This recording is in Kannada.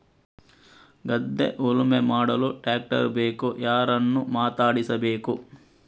ಗದ್ಧೆ ಉಳುಮೆ ಮಾಡಲು ಟ್ರ್ಯಾಕ್ಟರ್ ಬೇಕು ಯಾರನ್ನು ಮಾತಾಡಿಸಬೇಕು?